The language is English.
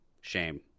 Shame